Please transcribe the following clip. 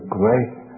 grace